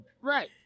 Right